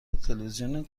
تلویزیون